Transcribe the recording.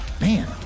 Man